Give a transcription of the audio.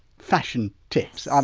fashion tips. um